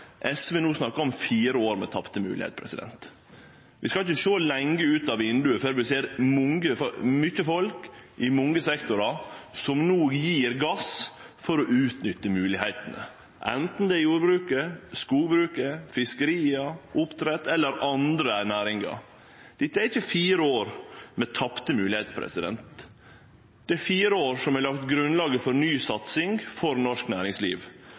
SV no snakkar om fire år med tapte moglegheiter. Vi skal ikkje sjå lenge ut av vindauget før vi ser mykje folk i mange sektorar som no gjev gass for å utnytte moglegheitene, anten det er i jordbruket, i skogbruket, i fiskeria, i oppdrett eller i andre næringar. Dette er ikkje fire år med tapte moglegheiter. Det er fire år som har lagt grunnlaget for ny satsing i norsk næringsliv.